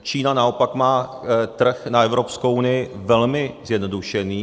Čína naopak má trh na Evropskou unii velmi zjednodušený.